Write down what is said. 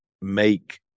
make